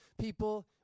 people